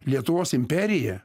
lietuvos imperija